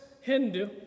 Hindu